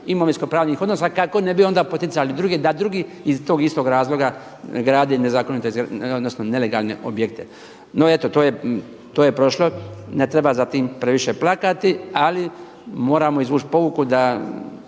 imovinsko-pravnih odnosa kako ne bi onda poticali druge, da drugi iz tog istog razloga grade nezakonite, odnosno nelegalne objekte. No, eto to je prošlo, ne treba za tim previše plakati ali moramo izvući pouku da